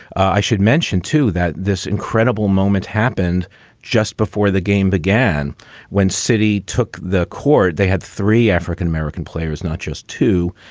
i should mention, too, that this. and credible moment happened just before the game began when citi took the court. they had three african-american players, not just two,